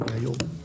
הישיבה ננעלה בשעה